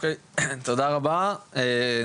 תודה רבה,